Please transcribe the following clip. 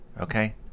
Okay